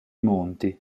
monti